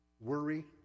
worry